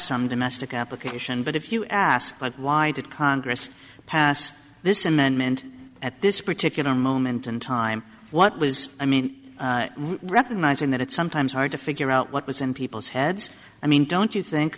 some domestic application but if you ask but why did congress pass this amendment at this particular moment in time what was i mean recognizing that it's sometimes hard to figure out what was in people's heads i mean don't you think